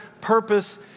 purpose